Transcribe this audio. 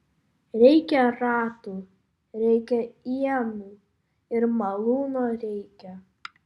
reikia ratų reikia ienų ir malūno reikia